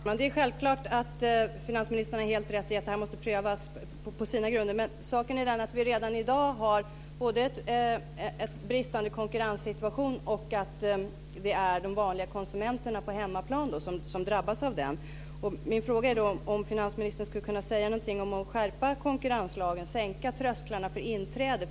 Fru talman! Självklart har finansministern helt rätt i att det här måste prövas på sina grunder. Men saken är den att vi redan i dag har en bristande konkurrens, och det är de vanliga konsumenterna på hemmaplan som drabbas av den. Min fråga är om finansministern skulle kunna säga någonting om att skärpa konkurrenslagen och sänka trösklarna för inträde.